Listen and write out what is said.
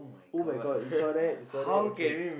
[oh]-my-god you saw that you saw that okay